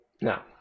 No